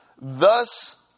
thus